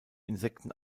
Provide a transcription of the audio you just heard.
insekten